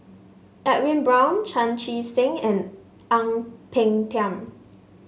Edwin Brown Chan Chee Seng and Ang Peng Tiam